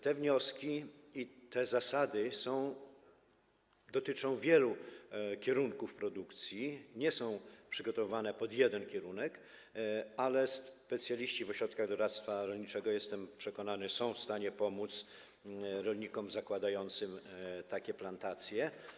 Te wnioski i te zasady dotyczą wielu kierunków produkcji, nie są przygotowywane pod jeden kierunek, ale specjaliści w ośrodkach doradztwa rolniczego, jestem przekonany, są w stanie pomóc rolnikom zakładającym takie plantacje.